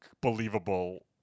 believable